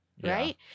right